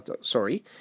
Sorry